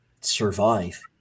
survive